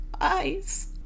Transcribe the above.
eyes